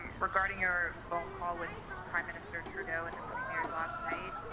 and regarding your phone call with prime minister trudeau in the premier's last night,